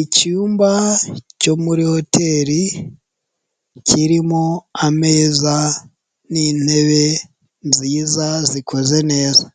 Icyumba cyo muri hoteli kirimo ameza n'intebe nziza zikoze neza,